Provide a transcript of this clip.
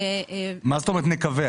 מה זאת אומרת, נקווה?